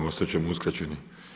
Ostat ćemo uskraćeni.